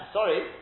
sorry